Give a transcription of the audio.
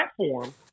platform